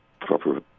proper